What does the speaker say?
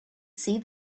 see